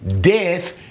Death